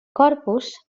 corpus